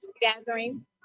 gathering